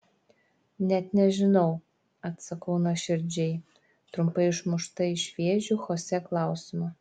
net nežinau atsakau nuoširdžiai trumpai išmušta iš vėžių chosė klausimo